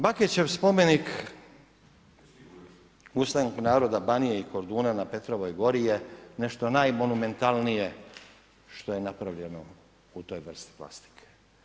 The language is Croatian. Bakićev spomenik ustanak naroda Banije i Korduna na Petrovoj gori je nešto najmonumentalnije što je napravljeno u toj vrsti plastike.